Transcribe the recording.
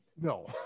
No